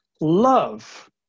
Love